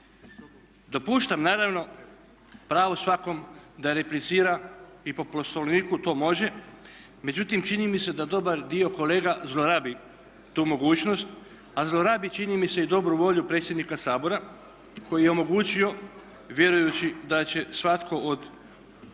Dopuštam naravno pravo svakom da replicira i po Poslovniku to može, međutim čini mi se dobar dio kolega zlorabi tu mogućnost, a zlorabi čini mi se i dobru volju predsjednika Saboru koji je omogućio vjerujući da će svatko od